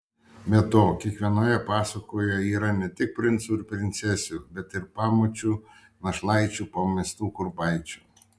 be to kiekvienoje pasakoje yra ne tik princų ir princesių bet ir pamočių našlaičių pamestų kurpaičių